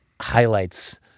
highlights